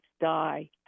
die